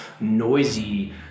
noisy